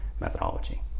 methodology